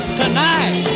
tonight